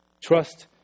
trust